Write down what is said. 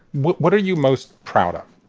what what are you most proud of?